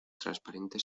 transparente